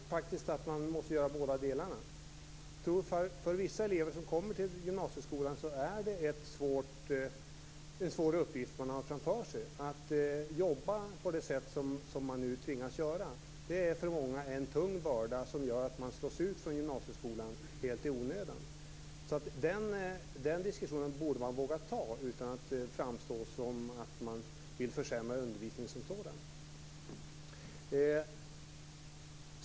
Fru talman! Jag tror faktiskt att man måste göra båda delarna. För vissa elever som kommer till gymnasieskolan är det en svår uppgift att jobba på det sätt som man nu tvingas göra. Det är för många en tung börda som gör att man slås ut från gymnasieskolan helt i onödan. Den diskussionen borde man våga ta utan att det framstår som att man vill försämra undervisningen som sådan.